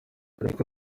ariko